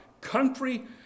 country